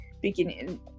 beginning